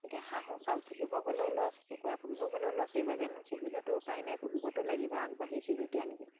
এতিয়া হাঁহো পুহিব গ'লেও লছ কুকুৰা পুহিব গ'লেও লছ এইভাগে নুপুহিলেতো উপায় নাই পুহিবতো লাগিব আগবাঢ়িছোঁ যেতিয়া নেকি